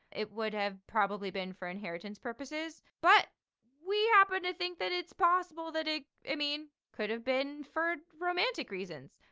it would have probably been for inheritance purposes, but we happen to think that it's possible that it it could have been for romantic reasons.